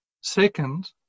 Second